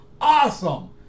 Awesome